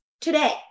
today